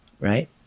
right